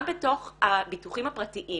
גם בתוך הביטוחים הפרטיים